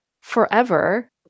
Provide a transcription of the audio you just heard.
forever